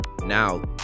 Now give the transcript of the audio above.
now